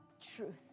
truth